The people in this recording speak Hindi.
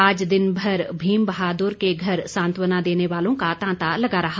आज दिन भर भीम बहादुर के घर सांतवना देने वालों का तांता लगा रहा